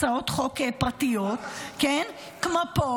הצעות חוק פרטיות כמו פה,